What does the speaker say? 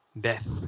death